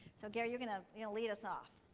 so gary, you're going to you know lead us off.